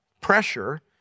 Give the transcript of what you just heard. pressure